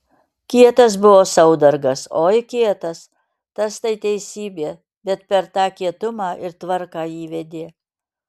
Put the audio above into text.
kietas buvo saudargas oi kietas tas tai teisybė bet per tą kietumą ir tvarką įvedė